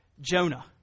Jonah